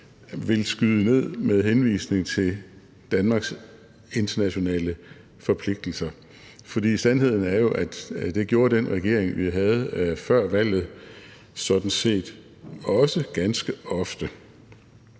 vil skyde ned med henvisning til Danmarks internationale forpligtelser. For sandheden er jo, at det gjorde den regering, vi havde før valget, sådan set også ganske ofte,